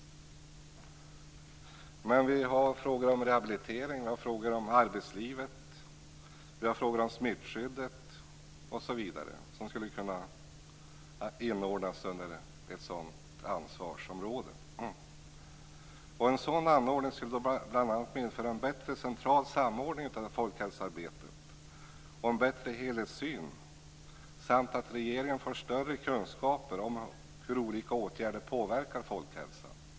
Det finns också frågor om rehabilitering, arbetsliv, smittskydd osv. som skulle kunna inordnas under ett sådant ansvarsområde. En sådan anordning skulle bl.a. medföra en bättre central samordning av folkhälsoarbetet och en bättre helhetssyn. Dessutom skulle regeringen få större kunskaper om hur olika åtgärder påverkar folkhälsan.